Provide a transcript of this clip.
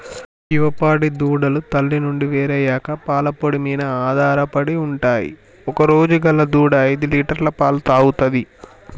యువ పాడి దూడలు తల్లి నుండి వేరయ్యాక పాల పొడి మీన ఆధారపడి ఉంటయ్ ఒకరోజు గల దూడ ఐదులీటర్ల పాలు తాగుతది